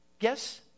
Yes